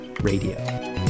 Radio